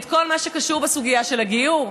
את כל מה שקשור בסוגיה של הגיור,